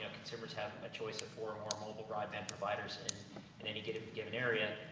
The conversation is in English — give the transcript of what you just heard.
consumers have a choice of four more mobile broadband providers in any given given area.